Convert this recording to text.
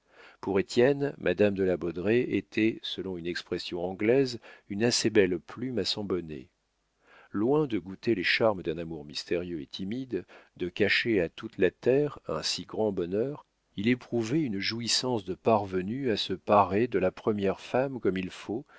pour étienne madame de la baudraye était selon une expression anglaise une assez belle plume à son bonnet loin de goûter les charmes d'un amour mystérieux et timide de cacher à toute la terre un si grand bonheur il éprouvait une jouissance de parvenu à se parer de la première femme comme il faut